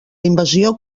invasió